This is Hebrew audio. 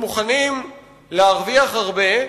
שמוכנים להרוויח הרבה,